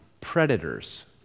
predators